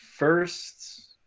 first